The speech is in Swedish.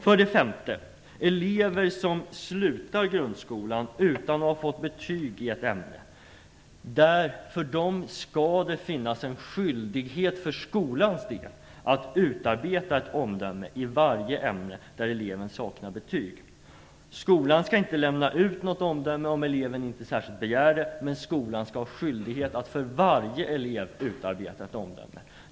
För det femte skall det finnas en skyldighet för skolan att för elever som avgår från grundskolan utan att ha fått betyg i ett ämne utarbeta ett omdöme i varje sådant ämne. Skolan skall inte lämna ut något omdöme, om eleven inte särskilt begär det, men skall ha skyldighet att för varje elev utarbeta ett omdöme.